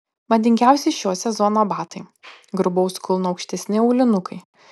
madingiausi šio sezono batai grubaus kulno aukštesni aulinukai